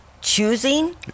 choosing